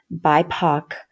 BIPOC